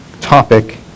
topic